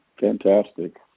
fantastic